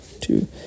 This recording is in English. two